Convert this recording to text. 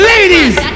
Ladies